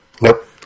Nope